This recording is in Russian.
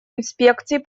инспекций